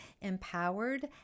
empowered